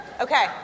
Okay